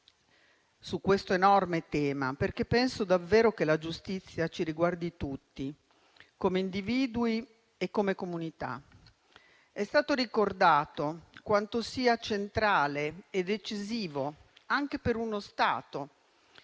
su questo enorme tema, perché penso davvero che la giustizia ci riguardi tutti, come individui e come comunità. È stato ricordato quanto sia centrale e decisivo anche per uno Stato